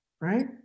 right